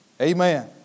Amen